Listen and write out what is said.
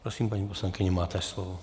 Prosím, paní poslankyně, máte slovo.